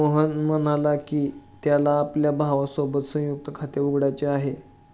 मोहन म्हणाला की, त्याला आपल्या भावासोबत संयुक्त खाते उघडायचे आहे